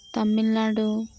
Tamil Nadu